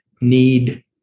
need